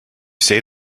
say